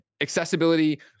accessibility